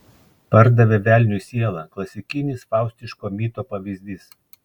pardavė velniui sielą klasikinis faustiško mito pavyzdys